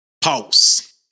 pulse